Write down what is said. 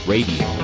Radio